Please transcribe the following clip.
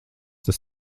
tas